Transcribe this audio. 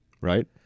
Right